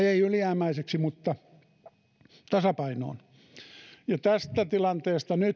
ei ylijäämäiseksi mutta tasapainoon tästä tilanteesta nyt